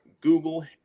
Google